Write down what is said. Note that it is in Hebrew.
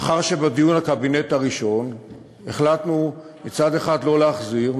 לאחר שבדיון הקבינט הראשון החלטנו מצד אחד לא להחזיר,